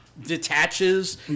detaches